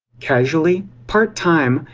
casually, part-time,